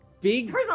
big